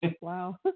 Wow